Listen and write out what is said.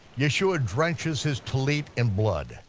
yeshua drenches his tallit in blood,